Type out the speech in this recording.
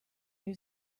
new